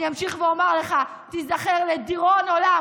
אני אמשיך ואומר לך: תיזכר לדיראון עולם